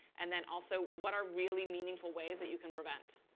and then also, what are really meaningful ways that you can prevent.